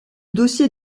dossier